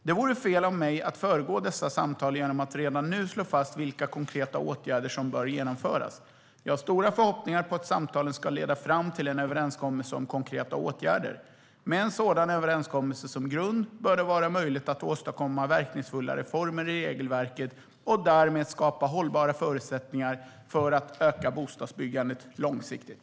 Det vore fel av mig att föregå dessa samtal genom att redan nu slå fast vilka konkreta åtgärder som bör genomföras. Jag har stora förhoppningar på att samtalen ska leda fram till en överenskommelse om konkreta åtgärder. Med en sådan överenskommelse som grund bör det vara möjligt att åstadkomma verkningsfulla reformer i regelverket och därmed skapa hållbara förutsättningar för att öka bostadsbyggandet långsiktigt.